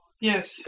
Yes